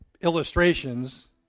illustrations